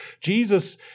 Jesus